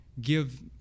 give